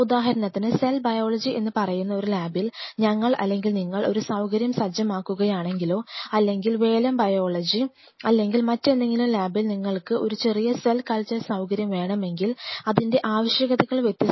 ഉദാഹരണത്തിന് cell biology എന്ന് പറയുന്ന ഒരു ലാബിൽ ഞങ്ങൾ അല്ലെങ്കിൽ നിങ്ങൾ ഒരു സൌകര്യം സജ്ജമാക്കുകയാണെങ്കിലോ അല്ലെങ്കിൽ വെലം ബയോളജി അല്ലെങ്കിൽ മറ്റെന്തെങ്കിലും ലാബിൽ നിങ്ങൾക്ക് ഒരു ചെറിയ സെൽ കൾച്ചർ സൌകര്യം വേണമെങ്കിൽ അതിൻറെ ആവശ്യകതകൾ വ്യത്യസ്തമായിരിക്കും